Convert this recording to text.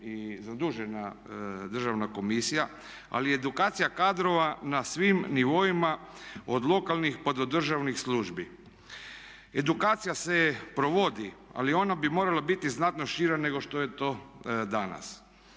i zadužena Državna komisija, ali i edukacija kadrova na svim nivoima od lokalnih pa do državnih službi. Edukacija se provodi, ali ona bi morala biti znatno šira, nego što je to danas.